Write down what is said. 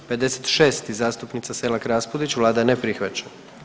56. zastupnica Selak Raspudić, vlada ne prihvaća.